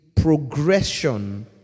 progression